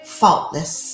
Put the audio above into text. faultless